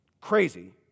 crazy